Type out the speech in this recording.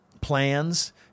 plans